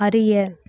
அறிய